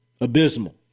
abysmal